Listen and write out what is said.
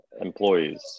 Employees